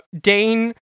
Dane